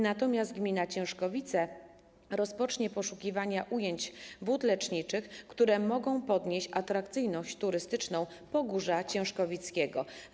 Natomiast gmina Ciężkowice rozpocznie poszukiwania ujęć wód leczniczych, które mogą podnieść atrakcyjność turystyczną Pogórza Ciężkowickiego.